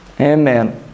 Amen